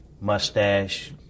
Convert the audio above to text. mustache